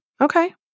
okay